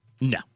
no